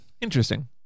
Interesting